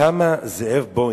זאב בוים,